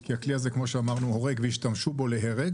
כי הכלי הזה, כמו שאמרנו, הורג והשתמשו בו להרוג